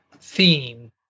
theme